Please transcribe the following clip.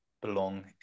belong